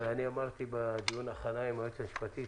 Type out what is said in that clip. אמרתי בדיון הכנה עם היועצת המשפטית